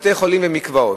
בתי-חולים ומקוואות.